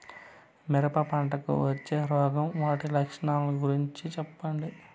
మిరప పంటకు వచ్చే రోగం వాటి లక్షణాలు గురించి చెప్పండి?